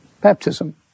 Baptism